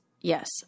Yes